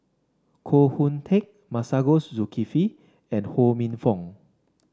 Koh Hoon Teck Masagos Zulkifli and Ho Minfong